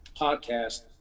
podcast